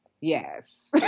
Yes